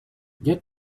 get